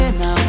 now